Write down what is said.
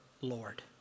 Lord